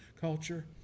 culture